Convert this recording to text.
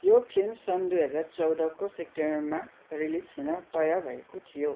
यो फिल्म सन् दुई हजार चौधको सेप्टेम्बरमा रिलिज हुने तय भएको थियो